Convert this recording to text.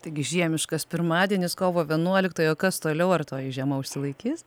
taigi žiemiškas pirmadienis kovo vienuoliktojo kas toliau ar toji žiema užsilaikys